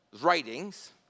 writings